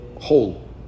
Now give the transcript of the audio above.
whole